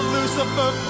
Lucifer